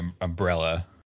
umbrella